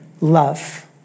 love